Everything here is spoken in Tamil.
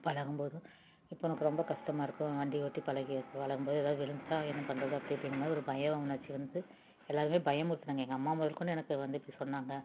பழகம்போதும் இப்போ உனக்கு ரொம்ப கஸ்டமாக இருக்கும் வண்டி ஓட்டி பழகி பழகும்போது எதாவது விழுந்துட்டா என்ன பண்ணுறது அப்படி இப்படிங்றமாரி ஒரு பய உணர்ச்சி வந்து எல்லாருமே பயமுறுத்துனாங்க எங்கள் அம்மா முதல்கொண்டு எனக்கு வந்து இப்படி சொன்னாங்க